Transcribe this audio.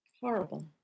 Horrible